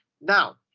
Now